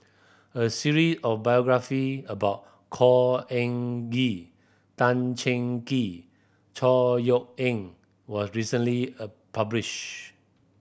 a of biography about Khor Ean Ghee Tan Cheng Kee Chor Yeok Eng was recently published